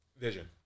Vision